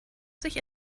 sich